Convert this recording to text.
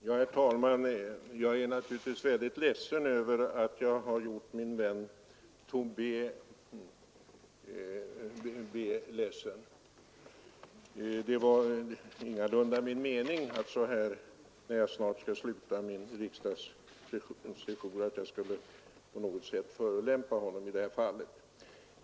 Herr talman! Jag är naturligtvis väldigt ledsen över att jag har gjort min vän herr Tobé bedrövad. Det var ingalunda min mening, nu när jag snart skall sluta min riksdagssejour, att på något sätt förolämpa honom.